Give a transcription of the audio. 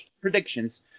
predictions